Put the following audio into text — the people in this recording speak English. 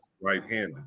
right-handed